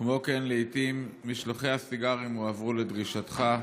כמו כן, לעיתים משלוחי הסיגרים הועברו לדרישתך.